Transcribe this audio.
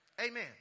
Amen